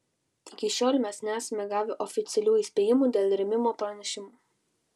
iki šiol mes nesame gavę oficialių įspėjimų dėl rėmimo pranešimų